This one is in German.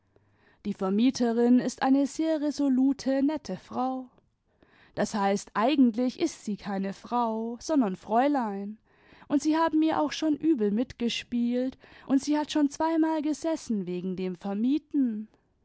die vermieterin ist eine sehr resolute nette frau d h eigentlich ist sie keine frau sondern fräulein und sie haben ihr auch schon übel mitgespielt und sie hat schon zweimal gesessen wegen dem vermieten